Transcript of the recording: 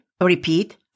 repeat